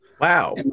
Wow